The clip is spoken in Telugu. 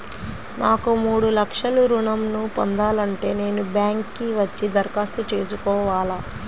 నాకు మూడు లక్షలు ఋణం ను పొందాలంటే నేను బ్యాంక్కి వచ్చి దరఖాస్తు చేసుకోవాలా?